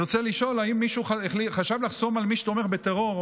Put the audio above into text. אני רוצה לשאול: האם מישהו חשב לחסום מי שתומך בטרור,